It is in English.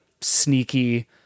sneaky